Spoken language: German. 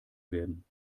werden